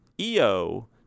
EO